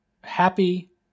happy